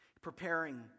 preparing